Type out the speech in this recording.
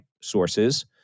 sources